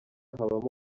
habamo